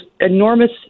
enormous